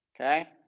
okay